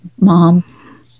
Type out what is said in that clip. mom